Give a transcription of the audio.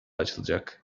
açılacak